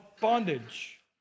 bondage